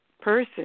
person